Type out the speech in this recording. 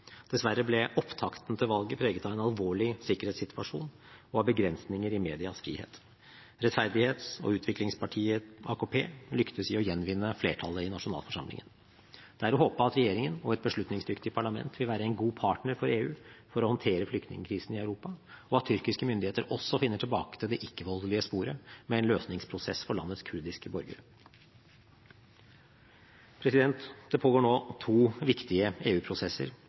Dessverre ble opptakten til valget preget av en alvorlig sikkerhetssituasjon og av begrensninger i medias frihet. Rettferdighets- og utviklingspartiet AKP lyktes i å gjenvinne flertallet i nasjonalforsamlingen. Det er å håpe at regjeringen og et beslutningsdyktig parlament vil være en god partner for EU for å håndtere flyktningkrisen i Europa, og at tyrkiske myndigheter også finner tilbake til det ikke-voldelige sporet med en løsningsprosess for landets kurdiske borgere. Det pågår nå to viktige